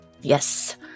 Yes